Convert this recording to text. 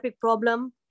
problem